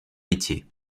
métiers